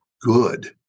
good